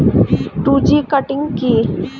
Two G cutting কি?